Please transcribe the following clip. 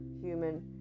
human